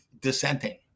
dissenting